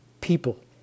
people